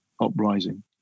uprising